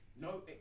No